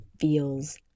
feels